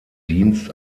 dienst